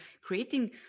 creating